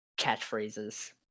Catchphrases